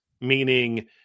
Meaning